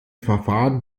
verfahren